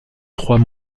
trois